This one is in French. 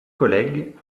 collègues